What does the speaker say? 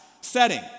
setting